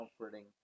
comforting